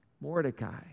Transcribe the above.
Mordecai